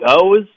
goes